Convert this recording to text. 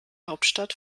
hauptstadt